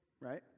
right